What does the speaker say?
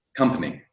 company